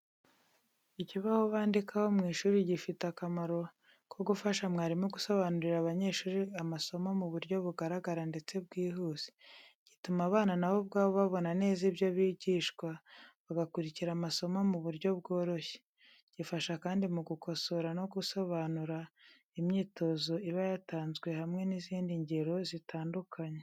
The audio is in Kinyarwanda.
Ikibaho bandikaho mu ishuri gifite akamaro ko gufasha mwarimu gusobanurira abanyeshuri amasomo mu buryo bugaragara ndetse bwihuse. Gituma abana nabo ubwabo babona neza ibyo bigishwa, bagakurikira amasomo mu buryo bworoshye. Gifasha kandi mu gukosora no gusobanura imyitozo iba yatanzwe hamwe n’izindi ngero zitandukanye.